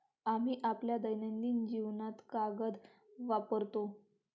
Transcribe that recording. आम्ही आपल्या दैनंदिन जीवनात कागद वापरतो